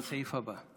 בסעיף הבא.